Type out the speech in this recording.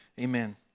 Amen